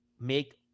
make